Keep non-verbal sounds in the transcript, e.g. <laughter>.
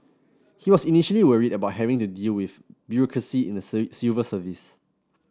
he was initially worried about having to deal with bureaucracy in the <unintelligible> civil service